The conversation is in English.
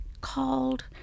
called